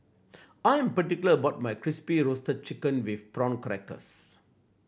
I'm particular about my Crispy Roasted Chicken with Prawn Crackers